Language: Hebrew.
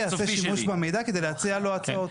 יעשה שימוש במידע כדי להציע לו הצעות.